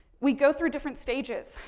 we go through different stages,